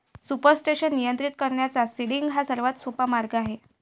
supersaturation नियंत्रित करण्याचा seeding हा सर्वात सोपा मार्ग आहे